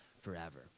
forever